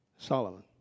Solomon